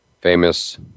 famous